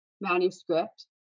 manuscript